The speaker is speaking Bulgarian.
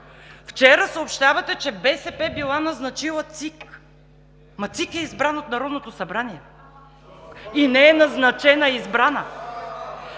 Вчера съобщавате, че БСП е била назначила ЦИК. Ама ЦИК е избрана от Народното събрание и не е назначена, а е избрана.